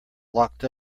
locked